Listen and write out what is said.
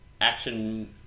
action